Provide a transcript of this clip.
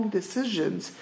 decisions